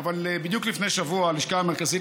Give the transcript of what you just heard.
אבל בדיוק לפני שבוע הלשכה המרכזית